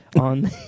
on